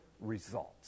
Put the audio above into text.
results